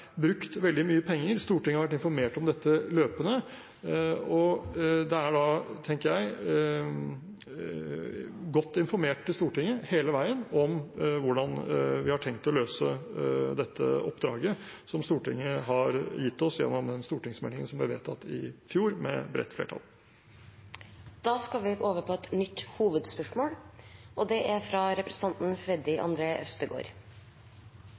brukt veldig mye penger. Stortinget har vært informert om dette løpende. Det er, tenker jeg, godt informert til Stortinget hele veien om hvordan vi har tenkt å løse dette oppdraget, som Stortinget har gitt oss gjennom den stortingsmeldingen som man sluttet seg til i fjor, med bredt flertall. Vi går til neste hovedspørsmål. Bedrifter og arbeidsplasser i kultursektoren generelt og innen scene spesielt er